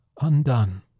Undone